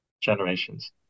generations